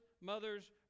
mothers